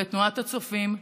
בתנועת הצופים,